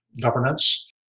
governance